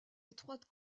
étroite